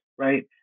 Right